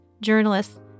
journalists